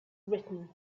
written